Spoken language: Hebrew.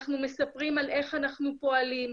אנחנו מספרים על איך אנחנו פועלים,